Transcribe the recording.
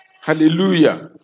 Hallelujah